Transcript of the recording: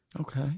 Okay